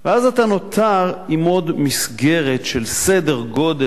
אז אתה נותר עם עוד מסגרת בסדר-גודל של